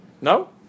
No